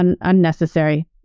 unnecessary